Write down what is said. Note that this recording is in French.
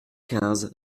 quinze